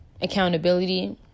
accountability